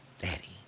daddy